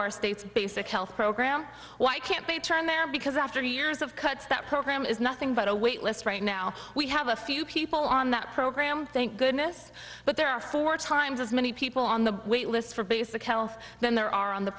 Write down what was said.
our state's basic health program why can't they turn their because after years of cuts that program is nothing but a wait list right now we have a few people on that program thank goodness but there are four times as many people on the lists for basic health than there are on the